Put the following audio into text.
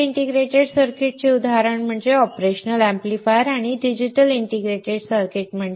linear integrated सर्किट्सचे उदाहरण म्हणजे ऑपरेशनल अॅम्प्लिफायर आणि डिजिटल इंटिग्रेटेड सर्किट